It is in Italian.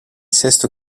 sesto